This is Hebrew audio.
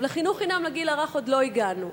לחינוך חינם לגיל הרך עוד לא הגענו,